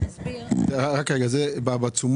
במכרזים